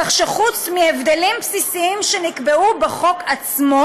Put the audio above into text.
כך שחוץ מהבדלים בסיסיים שנקבעו בחוק עצמו